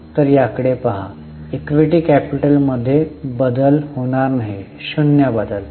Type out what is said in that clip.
तर याकडे पहा इक्विटी कॅपिटल मध्ये बदल होणार नाही शून्य बदल